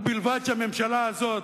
ובלבד שהממשלה הזאת,